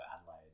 Adelaide